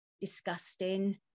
disgusting